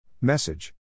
Message